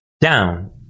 down